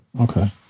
Okay